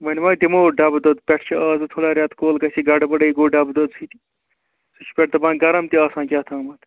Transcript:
وۅنۍ ما دِمَو ڈَبہٕ دۄد پٮ۪ٹھ چھِ اَزٕ تھوڑا رٮ۪تہٕ کول گَژھِ گَڈبَڈٕے گوٚو ڈَبہٕ دۄدٕ سۭتۍ سُہ چھُ پٮ۪ٹھٕ دَپان گرم تہِ آسان کیٛاہتام